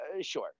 sure